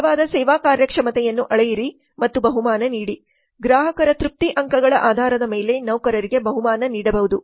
ಬಲವಾದ ಸೇವಾ ಕಾರ್ಯಕ್ಷಮತೆಯನ್ನು ಅಳೆಯಿರಿ ಮತ್ತು ಬಹುಮಾನ ನೀಡಿ ಗ್ರಾಹಕರ ತೃಪ್ತಿ ಅಂಕಗಳ ಆಧಾರದ ಮೇಲೆ ನೌಕರರಿಗೆ ಬಹುಮಾನ ನೀಡಬಹುದು